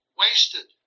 wasted